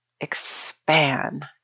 expand